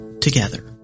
together